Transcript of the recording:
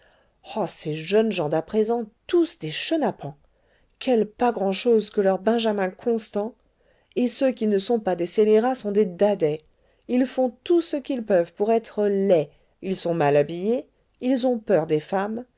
oh ces jeunes gens d'à présent tous des chenapans quel pas grand'chose que leur benjamin constant et ceux qui ne sont pas des scélérats sont des dadais ils font tout ce qu'ils peuvent pour être laids ils sont mal habillés ils ont peur des femmes